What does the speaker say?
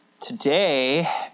Today